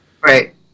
Right